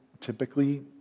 typically